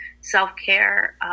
self-care